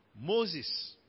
Moses